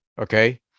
Okay